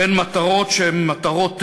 בין מטרות שהן מטרות טרור,